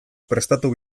prestatu